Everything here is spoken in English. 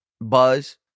buzz